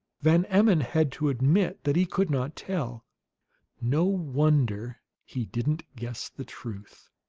van emmon had to admit that he could not tell no wonder he didn't guess the truth.